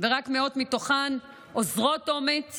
רק מאות מתוכן אוזרות אומץ